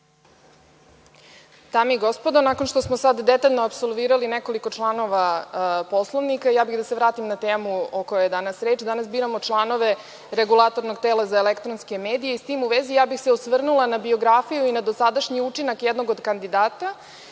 Dame i gospodo, nakon što smo ovde detaljno apsolvirali nekoliko članova Poslovnika, ja bih da se vratim na temu o kojoj je danas reč. Danas biramo članove Regulatornog tela za elektronske medije.S tim u vezi, ja bih se osvrnula na biografiju i dosadašnji učinak jednog od kandidata.